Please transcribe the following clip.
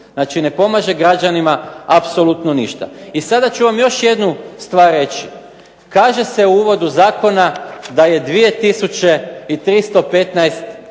znači ne pomaže građanima apsolutno ništa. I sada ću vam još jednu stvar reći. Kaže se u uvodu zakona da je 2